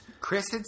Chris